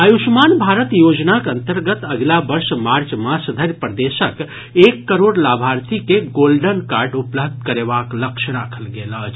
आयुष्मान भारत योजनाक अंतर्गत अगिला वर्ष मार्च मास धरि प्रदेशक एक करोड़ लाभार्थी के गोल्डन कार्ड उपलब्ध करेबाक लक्ष्य राखल गेल अछि